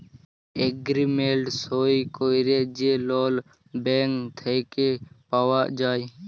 agreement সই ক্যইরে যে লল ব্যাংক থ্যাইকে পাউয়া যায়